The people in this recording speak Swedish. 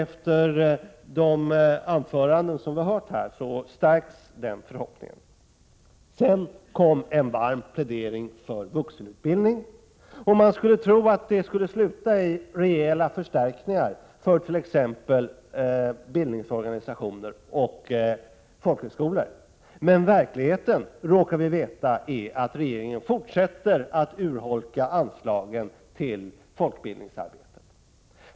Efter de anföranden vi har lyssnat till stärks denna förhoppning. Sedan höll Lennart Bodström en varm plädering för vuxenutbildningen. Man skulle kunna tro att en sådan plädering skulle sluta med löften om rejäla förstärkningar till t.ex. bildningsorganisationer och folkhögskolor. Men vi råkar veta att regeringen i verkligheten fortsätter att urholka anslagen till folkbildningsarbetet.